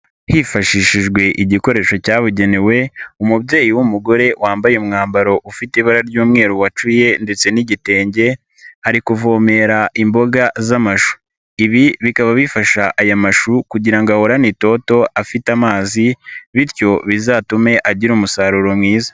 Hifashishijwe igikoresho cyabugenewe, umubyeyi w'umugore wambaye umwambaro ufite ibara ry'umweru wacuye ndetse n'igitenge, ari kuvomera imboga z'amashu. Ibi bikaba bifasha aya mashu kugira ngo ahorane itoto afite amazi bityo bizatume agira umusaruro mwiza.